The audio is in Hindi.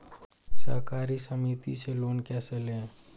सहकारी समिति से लोन कैसे लें?